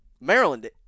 Maryland